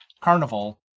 carnival